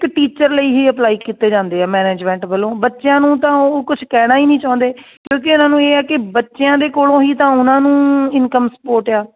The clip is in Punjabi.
ਇੱਕ ਟੀਚਰ ਲਈ ਹੀ ਅਪਲਾਈ ਕੀਤੇ ਜਾਂਦੇ ਆ ਮੈਨੇਜਮੈਂਟ ਵੱਲੋਂ ਬੱਚਿਆਂ ਨੂੰ ਤਾਂ ਉਹ ਕੁਛ ਕਹਿਣਾ ਹੀ ਨਹੀਂ ਚਾਹੁੰਦੇ ਕਿਉਂਕਿ ਇਹਨਾਂ ਨੂੰ ਇਹ ਹੈ ਕਿ ਬੱਚਿਆਂ ਦੇ ਕੋਲੋਂ ਹੀ ਤਾਂ ਉਹਨਾਂ ਨੂੰ ਇਨਕਮ ਸਪੋਰਟ ਆ